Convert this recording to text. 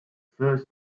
first